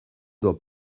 doit